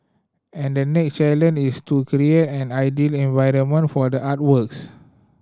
and the next challenge is to create an ideal environment for the artworks